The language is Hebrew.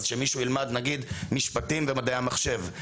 אז כשמישהו ילמד נגיד משפטים ומדעי המחשב,